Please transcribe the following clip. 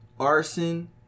Arson